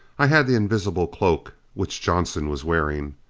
i had the invisible cloak which johnson was wearing.